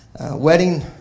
wedding